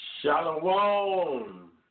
Shalom